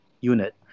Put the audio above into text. unit